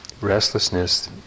restlessness